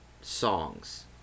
songs